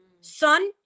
son